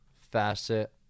facet